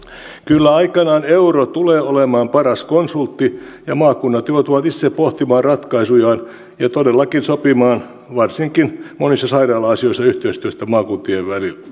kyllä aikanaan euro tulee olemaan paras konsultti ja maakunnat joutuvat itse pohtimaan ratkaisujaan ja todellakin sopimaan varsinkin monissa sairaala asioissa yhteistyöstä maakuntien